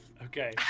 Okay